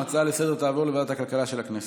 ההצעה לסדר-היום תעבור לוועדת הכלכלה של הכנסת.